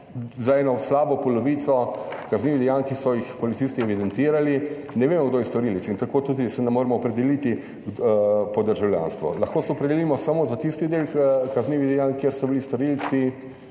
za eno slabo polovico kaznivih dejanj, ki so jih policisti evidentirali, ne vedo, kdo je storilec in tako tudi se ne moremo opredeliti po državljanstvo. Lahko se opredelimo samo za tisti del kaznivih dejanj, kjer so bili storilci